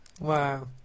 Wow